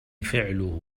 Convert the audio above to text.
فعله